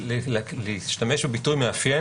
להשתמש בביטוי "מאפיין",